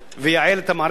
וייעל את המערכת הרפואית.